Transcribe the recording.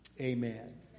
Amen